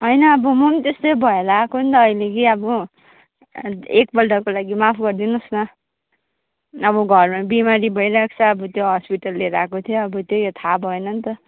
होइन अब म पनि त्यस्तै भएर आएको नि त अहिले कि अब एकपल्टको लागि माफ गरिदिनु होस् न अब घरमा बिमारी भइरहेको छ अब त्यो हस्पिटल लिएर आएको थिएँ अब त्यही हो थाहा भएन नि त